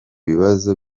bibazo